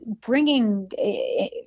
bringing